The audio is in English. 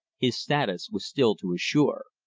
his status was still to assure.